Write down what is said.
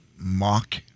mock